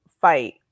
fight